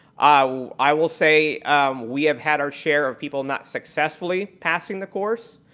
ah i will say we have had our share of people not successfully passing the course.